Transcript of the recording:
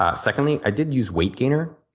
ah secondly, i did use weightgainer,